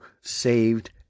saved